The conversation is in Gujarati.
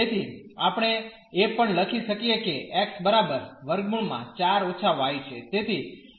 તેથી આપણે એ પણ લખી શકીએ કે x બરાબર 4 y છે